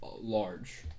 large